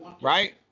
right